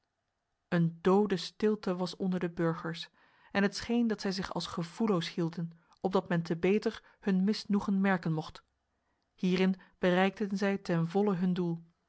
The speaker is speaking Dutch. een dode stilte was onder de burgers en het scheen dat zij zich als gevoelloos hielden opdat men te beter hun misnoegen merken mocht hierin bereikten zij ten volle hun doel